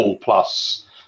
Plus